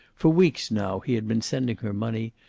for weeks now he had been sending her money,